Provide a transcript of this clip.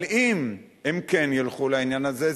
אבל אם הם כן ילכו לעניין הזה,